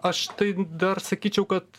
aš tai dar sakyčiau kad